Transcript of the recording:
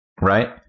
right